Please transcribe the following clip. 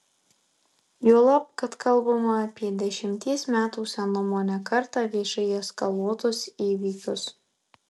juolab kad kalbama apie dešimties metų senumo ne kartą viešai eskaluotus įvykius